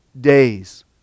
days